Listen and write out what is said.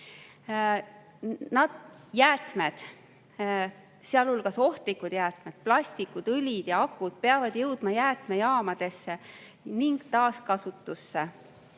Jäätmed, sealhulgas ohtlikud jäätmed, plastid, õli ja akud peavad jõudma jäätmejaamadesse ning taaskasutusse.